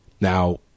Now